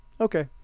okay